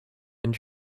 and